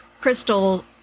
crystal